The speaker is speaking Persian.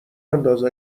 انداز